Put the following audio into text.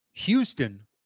Houston